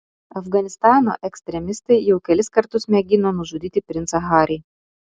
afganistano ekstremistai jau kelis kartus mėgino nužudyti princą harį